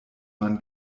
man